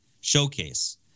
showcase